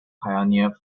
pioneered